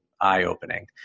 eye-opening